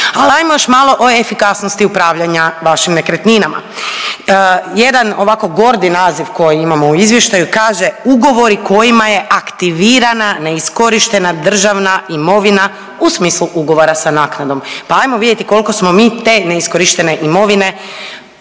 Ali ajmo još malo o efikasnosti upravljanja vašim nekretninama. Jedan ovako gordi naziv koji imamo u izvještaju kaže ugovori kojima je aktivirana neiskorištena državna imovina u smislu ugovora sa naknadom, pa ajmo vidjeti koliko smo mi te neiskorištene imovine